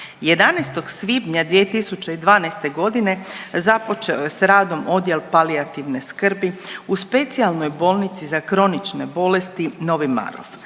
11. svibnja 2012.g. započeo je s radom odjel palijativne skrbi u Specijalnoj bolnici za kronične bolesti Novi Marof,